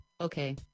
Okay